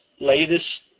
latest